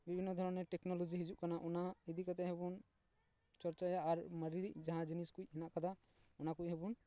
ᱵᱤᱵᱷᱤᱱᱱᱚ ᱫᱷᱚᱨᱚᱱ ᱴᱮᱠᱱᱳᱞᱳᱡᱤ ᱦᱤᱡᱩᱜ ᱠᱟᱱᱟ ᱚᱱᱟ ᱤᱫᱤ ᱠᱟᱛᱮ ᱦᱚᱸ ᱵᱚᱱ ᱪᱚᱨᱪᱟᱭᱟ ᱟᱨ ᱢᱟᱨᱮ ᱡᱟᱦᱟᱸ ᱡᱤᱱᱤᱥ ᱠᱚ ᱦᱮᱱᱟᱜ ᱟᱠᱟᱫᱟ ᱚᱱᱟ ᱠᱚ ᱦᱚᱸ ᱵᱚᱱ